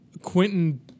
Quentin